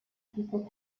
people